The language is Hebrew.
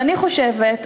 ואני חושבת,